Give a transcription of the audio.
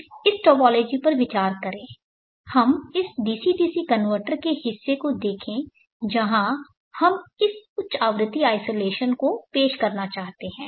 इस टोपोलॉजी पर विचार करें हम इस डीसी डीसी कनवर्टर के हिस्से को देखें जहां हम इस उच्च आवृत्ति आइसोलेशन को पेश करना चाहते हैं